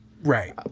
Right